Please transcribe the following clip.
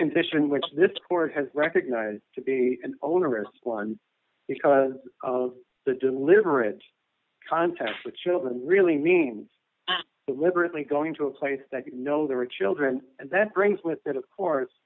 condition which this court has recognized to be an onerous one because of the deliberate contact with children really means that literally going to a place that you know there are children and that brings with it of course